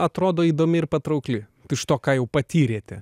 atrodo įdomi ir patraukli iš to ką jau patyrėte